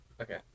Okay